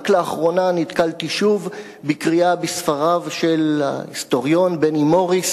רק לאחרונה נתקלתי שוב בקריאה בספריו של ההיסטוריון בני מוריס